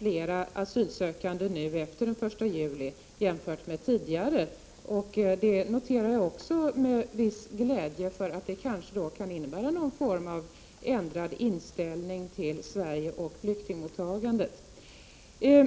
Herr talman! Jag noterar att även Gullan Lindblad är mycket glad över att det har kommit fler asylsökande efter den 1 juli, jämfört med tidigare. Det noterar jag också med viss glädje, eftersom det kanske kan innebära någon form av ändrad inställning till Sverige och flyktingmottagandet. Det